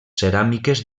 ceràmiques